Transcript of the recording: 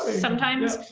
sometimes.